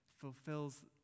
fulfills